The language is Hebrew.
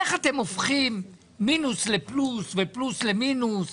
איך אתם הופכים מינוס לפלוס ופלוס למינוס?